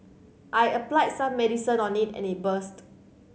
I applied some medicine on it and it burst